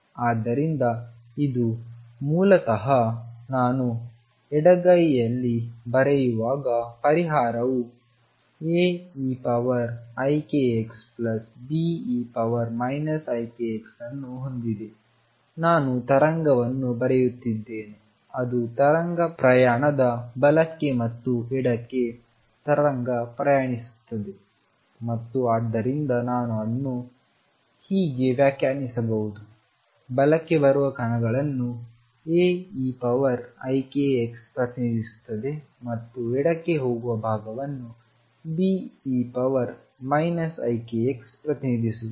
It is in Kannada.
ಆದ್ದರಿಂದ ಇದು ಮೂಲತಃ ನಾನು ಎಡಗೈಯಲ್ಲಿ ಬರೆಯುವಾಗ ಪರಿಹಾರವು AeikxBe ikx ಅನ್ನು ಹೊಂದಿದೆ ನಾನು ತರಂಗವನ್ನು ಬರೆಯುತ್ತಿದ್ದೇನೆ ಅದು ತರಂಗ ಪ್ರಯಾಣದ ಬಲಕ್ಕೆ ಮತ್ತು ಎಡಕ್ಕೆ ತರಂಗ ಪ್ರಯಾಣಿಸುತ್ತದೆ ಮತ್ತು ಆದ್ದರಿಂದ ನಾನು ಅನ್ನು ಹೀಗೆ ವ್ಯಾಖ್ಯಾನಿಸಬಹುದು ಬಲಕ್ಕೆ ಬರುವ ಕಣಗಳನ್ನು Aeikx ಪ್ರತಿನಿಧಿಸುತ್ತದೆ ಮತ್ತು ಎಡಕ್ಕೆ ಹೋಗುವ ಭಾಗವನ್ನು Be ikx ಪ್ರತಿನಿಧಿಸುವಂತೆ